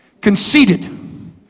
Conceited